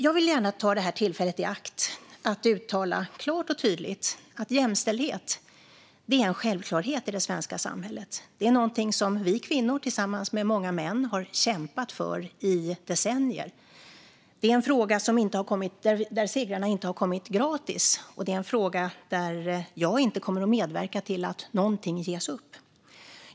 Jag vill gärna ta tillfället i akt att klart och tydligt uttala att jämställdhet är en självklarhet i det svenska samhället. Det är något som vi kvinnor, tillsammans med många män, har kämpat för i decennier. Det är en fråga där segrarna inte har kommit gratis och där jag inte kommer att medverka till att något ges upp.